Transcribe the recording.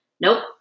nope